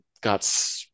got